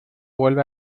vuelve